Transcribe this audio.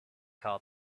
call